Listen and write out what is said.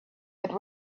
had